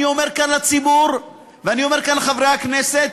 אני אומר כאן לציבור ואני אומר כאן לחברי הכנסת: